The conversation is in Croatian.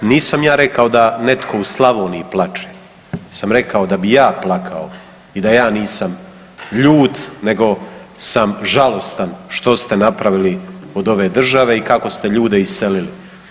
Nisam ja rekao da netko u Slavoniji plače, nego sam rekao da bih ja plakao i da ja nisam ljut nego sam žalostan što ste napravili od ove države i kako ste ljude iselili.